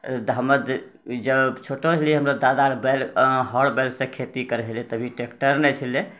हम जब छोट छलियै हमर दादाअर बैल हऽर बैलसँ खेती करै छलै तभी ट्रेक्टर नहि छलै